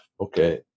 Okay